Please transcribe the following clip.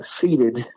seated